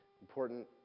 important